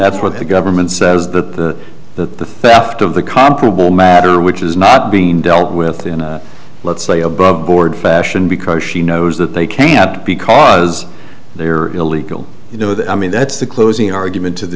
what the government says that that the theft of the comparable matter which is not being dealt with in a let's say above board fashion because she knows that they cannot because they are illegal you know that i mean that's the closing argument to the